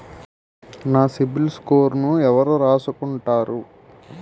నా సిబిల్ స్కోరును ఎవరు రాసుకుంటారు